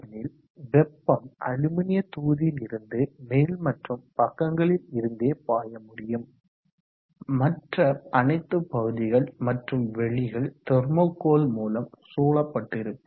ஏனெனில் வெப்பம் அலுமினிய தொகுதியில் இருந்து மேல் மற்றும் பக்கங்களில் இருந்தே பாய முடியும் மற்ற அனைத்து பகுதிகள் மற்றும் வெளிகள் தெர்மோகோல் மூலம் சூழப்பட்டிருக்கும்